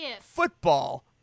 football